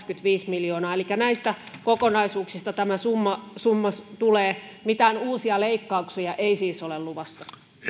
kaksikymmentäviisi miljoonaa elikkä näistä kokonaisuuksista tämä summa summa tulee mitään uusia leikkauksia ei siis ole luvassa